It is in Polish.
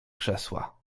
krzesła